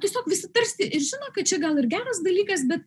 tiesiog visi tarsi ir žino kad čia gal ir geras dalykas bet